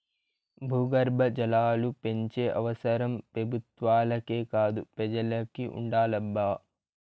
భూగర్భ జలాలు పెంచే అవసరం పెబుత్వాలకే కాదు పెజలకి ఉండాలబ్బా